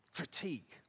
critique